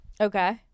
Okay